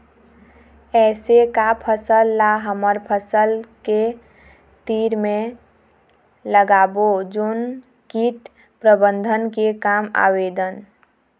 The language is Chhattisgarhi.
ऐसे का फसल ला हमर फसल के तीर मे लगाबो जोन कीट प्रबंधन के काम आवेदन?